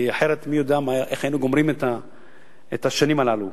כי אחרת מי יודע איך היינו גומרים את השנים הללו.